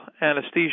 anesthesia